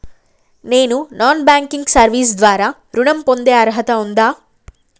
నేను non banking service ద్వారా ఋణం పొందే అర్హత ఉందా?